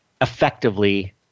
effectively